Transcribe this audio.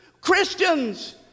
Christians